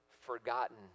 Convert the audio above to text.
forgotten